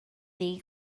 ddi